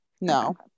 no